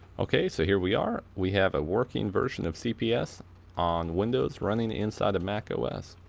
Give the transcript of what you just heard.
okay so here we are. we have a working version of cps on windows running inside of mac ah ah os.